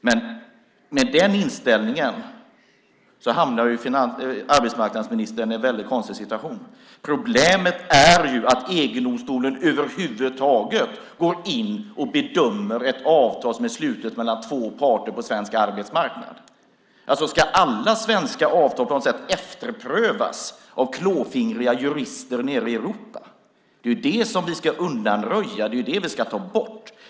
Men med den inställningen hamnar arbetsmarknadsministern i en väldigt konstig situation. Problemet är ju att EG-domstolen över huvud taget går in och bedömer ett avtal som är slutet mellan två parter på svensk arbetsmarknad. Ska alla svenska avtal på något sätt efterprövas av klåfingriga jurister nere i Europa? Det är det som vi ska undanröja. Det är det som vi ska ta bort.